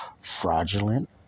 fraudulent